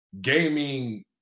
Gaming